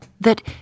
that